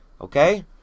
Okay